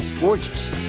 gorgeous